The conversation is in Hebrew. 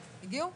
הגיעו?